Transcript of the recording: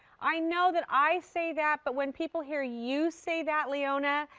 i know that i say that, but when people hear you say that, leona,